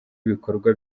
ibikorwa